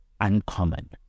uncommon